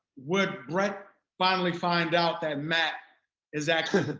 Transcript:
would brett finally find out that matt is actually the